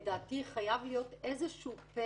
זה מה שאני שואל,